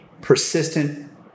persistent